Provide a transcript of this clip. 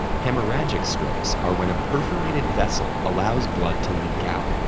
hemorrhagic strokes are when a perforated vessel allows blood to leak out.